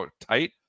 tight